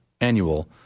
annual